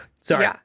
Sorry